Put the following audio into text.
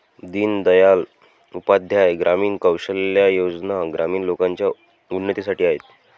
दीन दयाल उपाध्याय ग्रामीण कौशल्या योजना ग्रामीण लोकांच्या उन्नतीसाठी आहेत